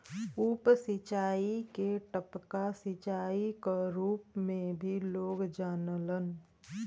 उप सिंचाई के टपका सिंचाई क रूप में भी लोग जानलन